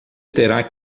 terá